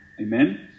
Amen